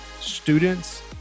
students